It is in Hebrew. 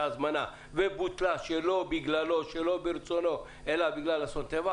הזמנה שבוטלה שלא ברצונו אלא בגלל אסון טבע,